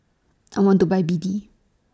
I want to Buy B D